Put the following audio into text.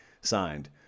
signed